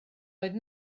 oedd